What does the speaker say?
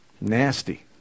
Nasty